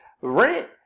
Rent